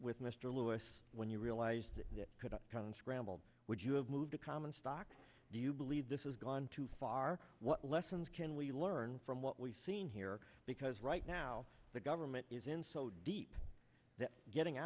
with mr lewis when you realized that that could come in scrambled would you have moved a common stock do you believe this is gone too far what lessons can we learn from what we've seen here because right now the government is in so deep that getting